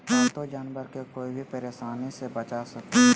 पालतू जानवर के कोय भी परेशानी से बचा सको हइ